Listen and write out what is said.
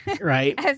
right